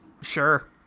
Sure